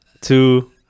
two